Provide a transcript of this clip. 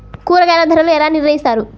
కూరగాయల ధరలు ఎలా నిర్ణయిస్తారు?